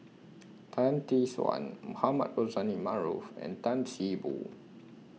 Tan Tee Suan Mohamed Rozani Maarof and Tan See Boo